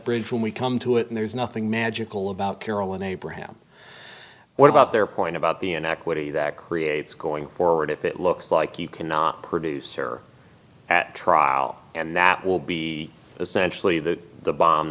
bridge when we come to it and there's nothing magical about carolyn abraham what about their point about the inequity that creates going forward if it looks like you cannot produce or at trial and that will be essentially the the bomb